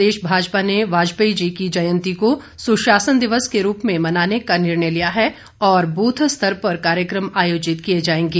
प्रदेश भाजपा ने वाजपेयी जी की जयंती को सुशासन दिवस के रूप में मनाने का निर्णय लिया है और बूथ स्तर पर कार्यक्रम आयोजित किए जाएंगे